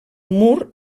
mur